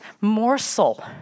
morsel